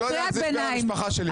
אתה לא יודע איך זה השפיע על המשפחה שלי.